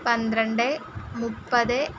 പന്ത്രണ്ട് മുപ്പത്